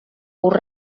curt